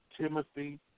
Timothy